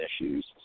issues